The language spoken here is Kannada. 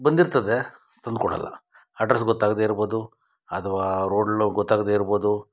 ಬಂದಿರ್ತದೆ ತಂದುಕೊಡಲ್ಲ ಅಡ್ರೆಸ್ಸ್ ಗೊತ್ತಾಗದೆ ಇರ್ಬೋದು ಅಥವಾ ರೋಡ್ ಲೊ ಗೊತ್ತಾಗದೆ ಇರ್ಬೋದು